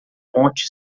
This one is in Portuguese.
ponte